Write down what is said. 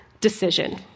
decision